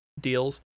deals